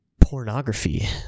pornography